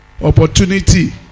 Opportunity